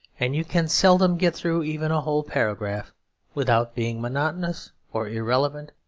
and you can seldom get through even a whole paragraph without being monotonous or irrelevant,